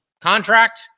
contract